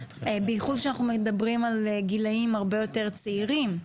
בייחוד שאנחנו מדברים על גילאים הרבה יותר צעירים.